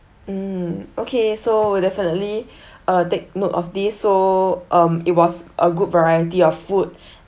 mm okay so we'll definitely uh take note of this so um it was a good variety of food